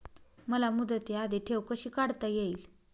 मला मुदती आधी ठेव कशी काढता येईल?